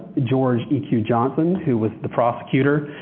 george e q. johnson, who was the prosecutor,